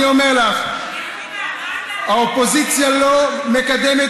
אני אומר לך: האופוזיציה לא מקדמת